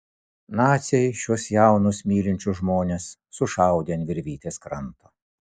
naciai šiuos jaunus mylinčius žmones sušaudė ant virvytės kranto